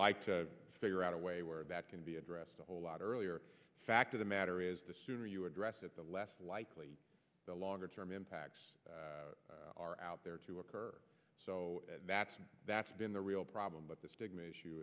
like to figure out a way where that can be addressed a whole lot earlier fact of the matter is the sooner you address it the less likely the longer term impacts are out there to occur so that's that's been the real problem but the